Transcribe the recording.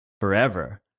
forever